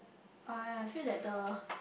I feel that the